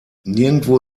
nirgendwo